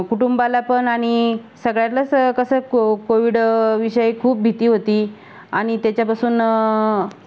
कुटुंबाला पण आणि सगळ्यांनाच कसं को कोविडविषयी खूप भीती होती आणि त्याच्यापासून